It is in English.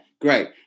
Great